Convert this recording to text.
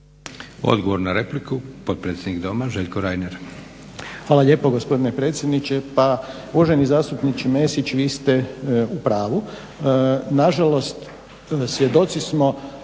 Odgovor na repliku potpredsjednik Doma Željko Reiner.